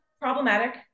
problematic